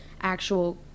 actual